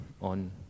on